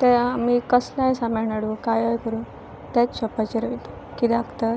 ते आमी कसलेंय सामान हाडूं कायय करूं त्याच शॉपाचेर वयता कित्याक तर